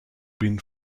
been